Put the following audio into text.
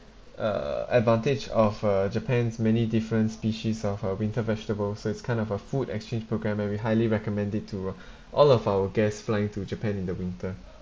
uh advantage of uh japan's many different species of uh winter vegetable so it's kind of a food exchange program and we highly recommend it to uh all of our guests flying to japan in the winter